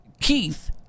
Keith